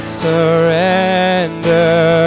surrender